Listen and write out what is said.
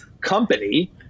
Company